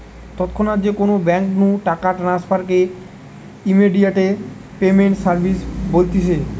তৎক্ষণাৎ যে কোনো বেঙ্ক নু টাকা ট্রান্সফার কে ইমেডিয়াতে পেমেন্ট সার্ভিস বলতিছে